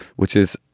which is,